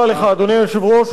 אדוני היושב-ראש,